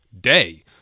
Day